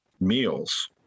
meals